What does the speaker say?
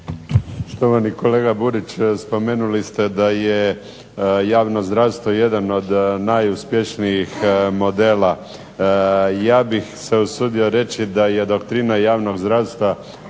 (SDP)** Kolega Burić spomenuli ste da je javno zdravstveno jedan od najuspješnijih modela. Ja bih se usudio reći da je doktrina javnog zdravstva